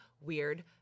weird